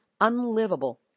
unlivable